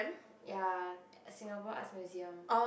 ya Singapore Arts Museum